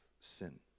sin